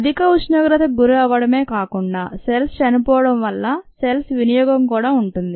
అధిక ఉష్ణోగ్రతకు గురి అవడమే కాకుండా సెల్స్ చనిపోవడం వల్ల సెల్స్ వినియోగం కూడా ఉంటుంది